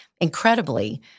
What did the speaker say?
Incredibly